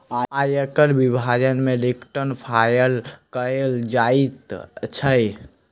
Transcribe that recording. आयकर विभाग मे रिटर्न फाइल कयल जाइत छै